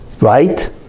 right